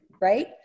right